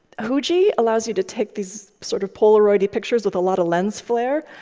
huji allows you to take these sort of polaroidy pictures with a lot of lens flare.